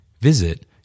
Visit